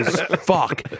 fuck